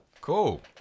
cool